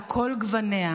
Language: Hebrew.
על כל גווניה,